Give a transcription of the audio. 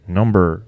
number